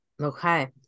Okay